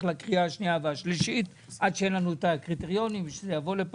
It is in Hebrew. לקריאה השנייה והשלישית עד שאין לנו את הקריטריונים ושזה יבוא לכאן וכולי.